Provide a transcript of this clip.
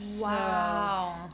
Wow